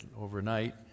overnight